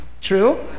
True